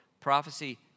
prophecy